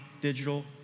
digital